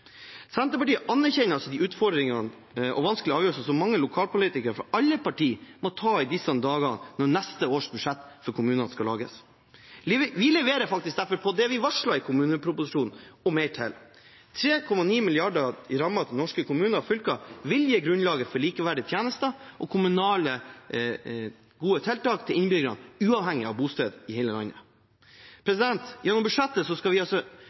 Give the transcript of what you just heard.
Senterpartiet anerkjenner de utfordringene og vanskelige avgjørelsene som mange lokalpolitikere fra alle partier må ta i disse dager, når neste års budsjett for kommunene skal lages. Vi leverer faktisk derfor på det vi varslet i kommuneproposisjonen, og mer til – 3,9 mrd. kr i rammen til norske kommuner og fylker vil gi grunnlaget for likeverdige tjenester og gode kommunale tiltak til innbyggerne, uavhengig av bosted i hele landet. Gjennom budsjettet skal vi altså